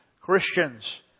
Christians